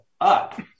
up